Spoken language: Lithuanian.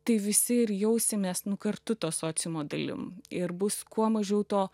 tai visi ir jausimės nu kartu to sociumo dalim ir bus kuo mažiau to